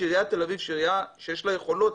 שעיריית תל אביב שהיא עירייה שיש לה יכולות,